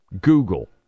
Google